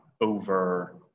over